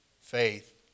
faith